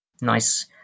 nice